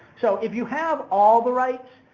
so if you have all the rights,